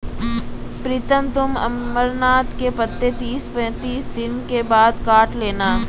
प्रीतम तुम अमरनाथ के पत्ते तीस पैंतीस दिन के बाद काट लेना